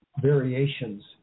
variations